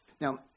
Now